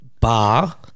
bar